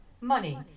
money